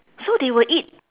so they will eat